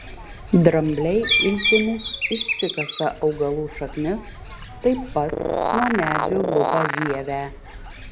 drambliai iltimis išsikasa augalų šaknis taip pat nuo medžių lupa žievę